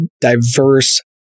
diverse